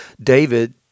David